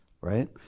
right